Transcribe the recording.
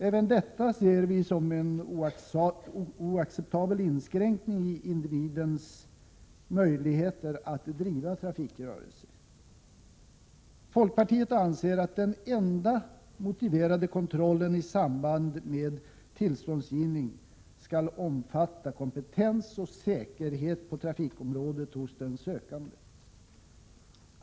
Även detta ser vi som en oacceptabel inskränkning i individens möjligheter att driva trafikrörelse. Folkpartiet anser att den enda motiverade kontrollen i samband med tillståndsgivning skall omfatta kompetens och säkerhet på trafikområdet hos den sökande.